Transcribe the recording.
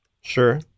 Sure